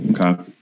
Okay